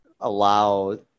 allow